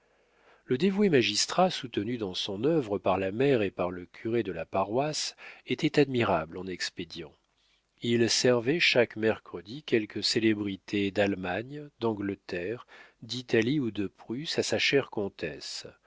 le dévoué magistrat soutenu dans son œuvre par la mère et par le curé de la paroisse était admirable en expédients il servait chaque mercredi quelque célébrité d'allemagne d'angleterre d'italie ou de prusse à sa chère comtesse